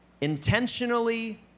intentionally